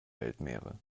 weltmeere